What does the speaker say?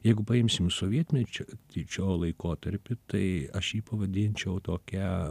jeigu paimsim sovietmečio laikotarpį tai aš jį pavadinčiau tokia